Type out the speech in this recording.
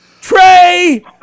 Trey